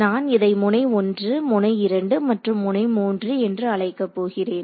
நான் இதை முனை 1 முனை 2 மற்றும் முனை 3 என்று அழைக்கப் போகிறேன்